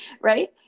Right